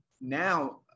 Now